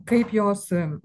kaip jos